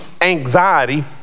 anxiety